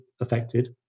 affected